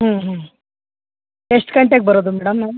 ಹ್ಞೂ ಹ್ಞೂ ಎಷ್ಟು ಗಂಟೆಗೆ ಬರೋದು ಮೇಡಮ್ ನಾವು